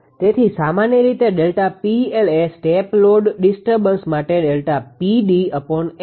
તેથી સામાન્ય રીતે ΔPL એ સ્ટેપ લોડ ડિસ્ટર્બન્સ માટે ΔPd𝑆 થશે